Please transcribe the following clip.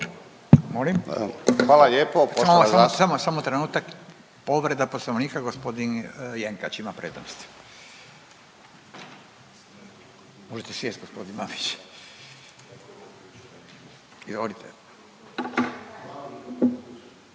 Samo, samo, samo trenutak. Povreda Poslovnika, g. Jenkač ima prednost. Možete sjesti, g. Mamić. Izvolite.